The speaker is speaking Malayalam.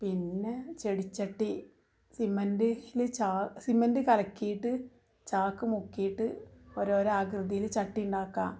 പിന്നെ ചെടിച്ചട്ടി സിമൻ്റിൽ സിമൻ്റ് കലക്കിയിട്ട് ചാക്ക് മുക്കിയിട്ട് ഓരോരോ ആകൃതിയിൽ ചട്ടി ഉണ്ടാക്കാം